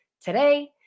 today